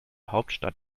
hauptstadt